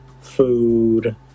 food